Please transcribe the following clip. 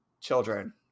children